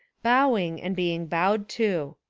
bowing and being bowed to.